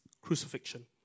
crucifixion